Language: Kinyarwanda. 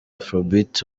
afrobeat